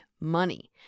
money